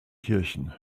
kirchen